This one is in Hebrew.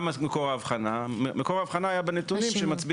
ואז אמרו: כיוון שהם מהווים עיקר הבעיה